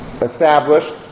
established